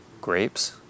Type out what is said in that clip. grapes